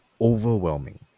overwhelming